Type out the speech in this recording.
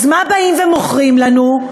אז מה באים ומוכרים לנו?